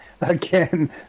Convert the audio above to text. Again